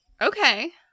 Okay